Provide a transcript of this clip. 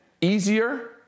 easier